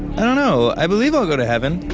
i don't know. i believe i'll go to heaven,